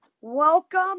welcome